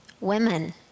women